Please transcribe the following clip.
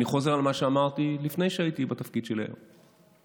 אני חוזר על מה שאמרתי לפני שהייתי בתפקיד שלי היום: